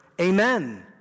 Amen